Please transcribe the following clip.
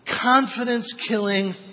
confidence-killing